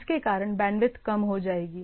इसके कारण बैंडविड्थ कम हो जाएगी